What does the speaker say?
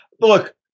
look